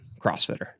CrossFitter